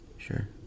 Sure